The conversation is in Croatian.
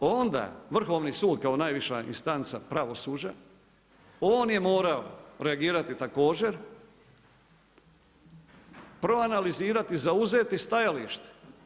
Onda vrhovni sud kao najviša instanca pravosuđa, on je morao reagirati također, proanalizirati, zauzeti stajalište.